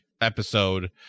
episode